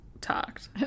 talked